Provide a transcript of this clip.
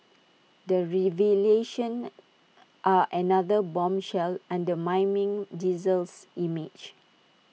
the revelations are another bombshell undermining diesel's image